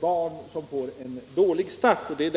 barn som får en dålig start.